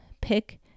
pick